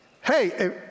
Hey